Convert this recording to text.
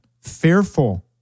fearful